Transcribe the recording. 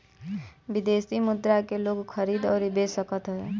विदेशी मुद्रा के लोग खरीद अउरी बेच सकत हवे